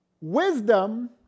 Wisdom